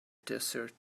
desert